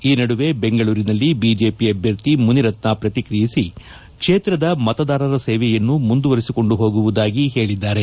ಈ ನಡುವೆ ಬೆಂಗಳೂರಿನಲ್ಲಿ ಬಿಜೆಪಿ ಅಭ್ಯರ್ಥಿ ಮುನಿರತ್ನ ಪ್ರತಿಕ್ರಿಯಿಸಿ ಕ್ಷೇತ್ರದ ಮತದಾರರ ಸೇವೆಯನ್ನು ಮುಂದುವರಿಸಿಕೊಂಡು ಹೋಗುವುದಾಗಿ ಹೇಳಿದ್ದಾರೆ